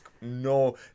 no